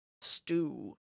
stew